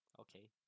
okay